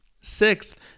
Sixth